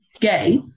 gay